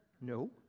No